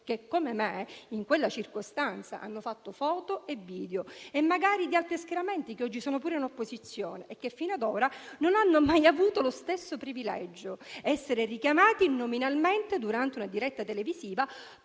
che, come me, in quella circostanza hanno fatto foto e video, magari di altri schieramenti che oggi sono pure all'opposizione e che fino ad ora non hanno mai avuto lo stesso privilegio di essere richiamati nominalmente durante una diretta televisiva,